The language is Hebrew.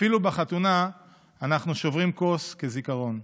אפילו בחתונה אנחנו שוברים כוס כזיכרון.